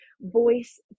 voice